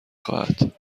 خواهد